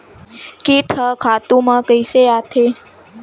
कीट ह खातु म कइसे आथे?